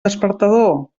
despertador